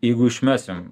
jeigu išmesim